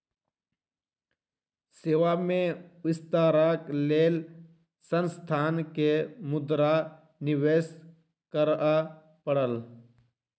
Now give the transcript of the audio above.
सेवा में विस्तारक लेल संस्थान के मुद्रा निवेश करअ पड़ल